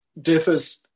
differs